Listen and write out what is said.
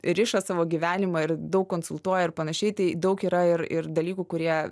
riša savo gyvenimą ir daug konsultuoja ir panašiai tai daug yra ir ir dalykų kurie